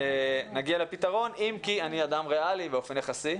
נגיע לפתרון, אם כי אני אדם ריאלי באופן יחסי.